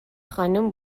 خانم